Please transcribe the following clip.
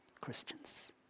Christians